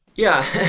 yeah.